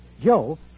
Joe